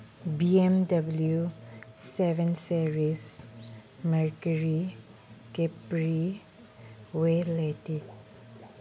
B M W seven series Mercury Capri ꯋꯦꯂꯦꯗꯤ